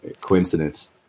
coincidence